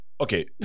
Okay